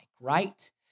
right